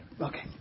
Okay